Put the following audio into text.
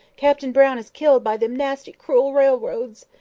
captain brown is killed by them nasty cruel railroads!